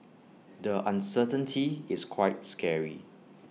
the uncertainty is quite scary